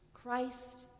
Christ